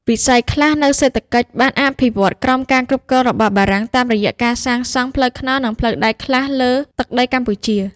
វិស័យខ្លះនៃសេដ្ឋកិច្ចបានអភិវឌ្ឍក្រោមការគ្រប់គ្រងរបស់បារាំង តាមរយះការសាងសង់ ផ្លូវថ្នល់និងផ្លូវដែកខ្លះលើទឹកដីកម្ពុជា។